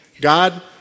God